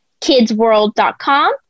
kidsworld.com